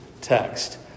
text